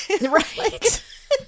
Right